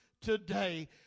today